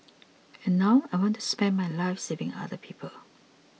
and now I want to spend my life saving other people